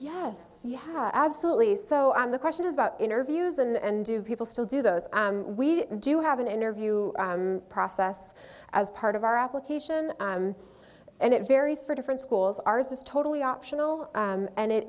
yeah yes absolutely so i'm the question is about interviews and do people still do those we do have an interview process as part of our application and it varies for different schools ours is totally optional and it